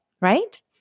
right